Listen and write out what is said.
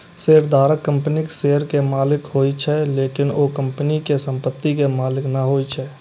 शेयरधारक कंपनीक शेयर के मालिक होइ छै, लेकिन ओ कंपनी के संपत्ति के मालिक नै होइ छै